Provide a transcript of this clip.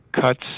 cuts